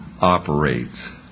operates